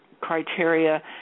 criteria